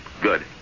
Good